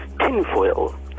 tinfoil